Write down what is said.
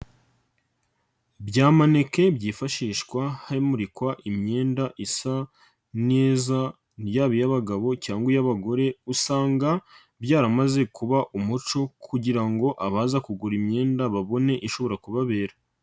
Bya maneke byifashishwa himurikwa imyenda isa neza yabai y'abagabo cyangwa iy'abagore usanga byaramaze kuba umuco kugira ngo abaza kugura imyenda babone ishobora kubabera.